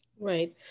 Right